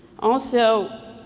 also,